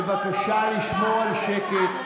בבקשה לשמור על שקט.